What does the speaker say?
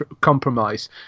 compromise